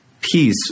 peace